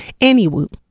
Anywho